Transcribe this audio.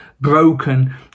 broken